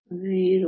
60 me